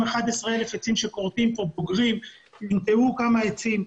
11,000 עצים שכורתים כאן ייטעו כמה עצים.